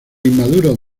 inmaduros